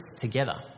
together